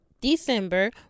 December